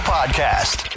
Podcast